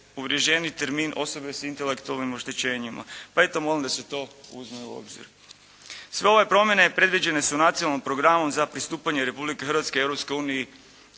uvriježeniji termin "osobe s intelektualnim oštećenjima". Pa eto, molim da se to uzme u obzir. Sve ove promjene predviđene su u Nacionalnom programu za pristupanje Republike Hrvatske